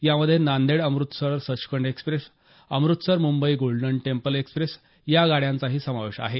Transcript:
यामध्ये Nanded Amritsar Sachkhand express Amritsar Mumbai golden temple express या गाड्यांचाही समावेश आहे